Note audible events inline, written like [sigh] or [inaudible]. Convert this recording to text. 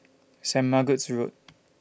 Sait Margaret's Road [noise]